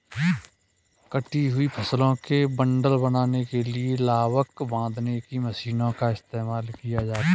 कटी हुई फसलों के बंडल बनाने के लिए लावक बांधने की मशीनों का इस्तेमाल किया जाता है